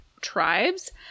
tribes